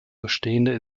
bestehende